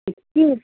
इतकी